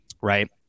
Right